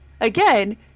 again